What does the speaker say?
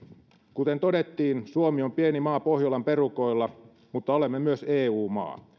kuten todettiin suomi on pieni maa pohjolan perukoilla mutta olemme myös eu maa